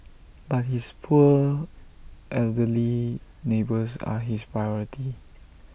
but his poor elderly neighbours are his priority